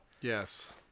Yes